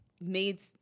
Made